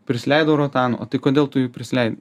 prisileido rotanų o tai kodėl tu jų prisileidai